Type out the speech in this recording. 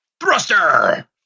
thruster